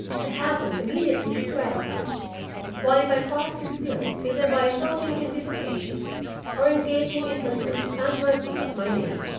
to have them immediately gratified while if i crossed his will either by indulging in dissipation or engaging in pursuits unworthy of my name,